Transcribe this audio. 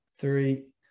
three